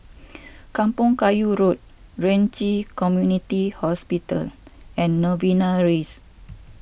Kampong Kayu Road Ren Ci Community Hospital and Novena Rise